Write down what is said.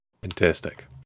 Fantastic